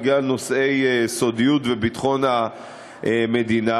בגלל נושאי סודיות וביטחון המדינה.